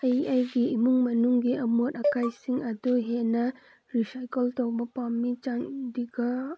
ꯑꯩ ꯑꯩꯒꯤ ꯏꯃꯨꯡ ꯃꯅꯨꯡꯒꯤ ꯑꯃꯣꯠ ꯑꯀꯥꯏꯁꯤꯡ ꯑꯗꯨ ꯍꯦꯟꯅ ꯔꯤꯁꯥꯏꯀꯜ ꯇꯧꯕ ꯄꯥꯝꯃꯤ ꯆꯥꯟꯗꯤꯒꯔ